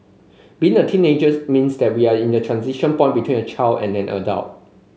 being a teenager means that we're at a transition point between a child and an adult